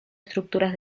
estructuras